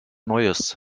neues